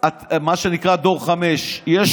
דור 5, מה שנקרא.